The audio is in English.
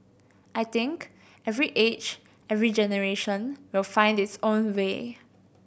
I think every age every generation will find its own way